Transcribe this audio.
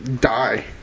die